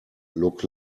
look